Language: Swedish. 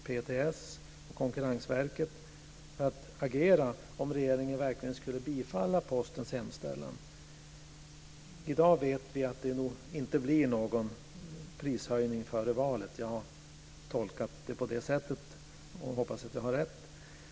PTS och Konkurrensverket, för att agera om regeringen verkligen skulle bifalla Postens hemställan. I dag vet vi att det nog inte blir någon prishöjning före valet. Jag har tolkat det på detta sätt och hoppas att jag har rätt.